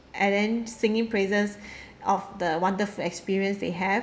and then singing praises of the wonderful experience they have